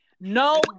No